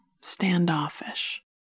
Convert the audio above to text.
standoffish